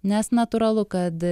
nes natūralu kad